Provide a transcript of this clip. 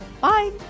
Bye